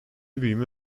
büyüme